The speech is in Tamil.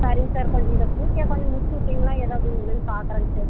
சரிங்க சார் கொஞ்சம் இதை குயிக்காக கொஞ்சம் முடிச்சிவிட்டீங்கனா ஏதாவது பார்க்கறேங்க சார்